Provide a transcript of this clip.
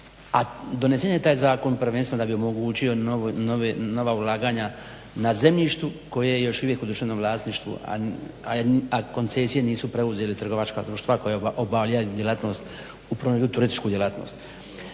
a donesen je taj zakon prvenstveno da bi omogućio nova ulaganja na zemljištu koje je još uvijek u društvenom vlasništvu a koncesije nisu preuzeli trgovačka društva koja obavljaju djelatnost u prvom redu turističku djelatnost.